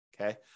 Okay